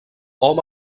hom